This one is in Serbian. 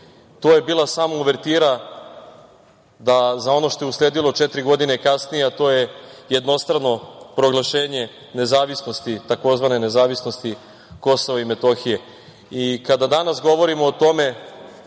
to je bila samo uvertira da za ono što je usledilo četiri godine kasnije, a to je jednostrano proglašenje nezavisnosti, tzv. nezavisnosti, Kosova i Metohije. Kada danas govorimo o tome,